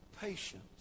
patience